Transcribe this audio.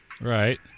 Right